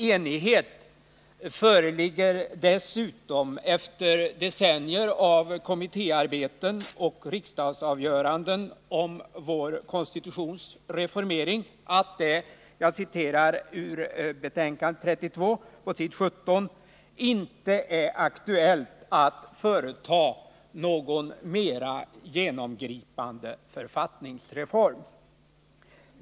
Efter 7 decennier av kommittéarbeten och riksdagsavgöranden om vår konstitutions reformering föreligger dessutom enighet om, som det står på s. 17 i KU:s betänkande 32, att ”det inte är aktuellt att företa någon mera genomgripande författningsreform”.